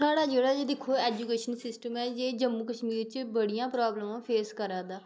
साढ़ा जेह्ड़ा दिक्खो ऐजूकेशन सिस्टम ऐ जम्मू कश्मीर च बाड़ियां प्रोब्लमा फेस करा दा